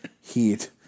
Heat